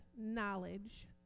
knowledge